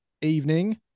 Evening